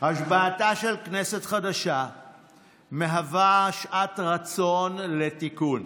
השבעתה של כנסת חדשה מהווה שעת רצון לתיקון,